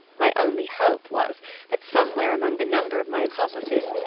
my only hope was that, somewhere among the number of my accomplices,